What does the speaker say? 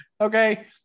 Okay